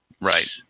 right